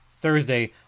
Thursday